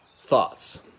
thoughts